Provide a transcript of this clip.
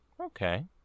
okay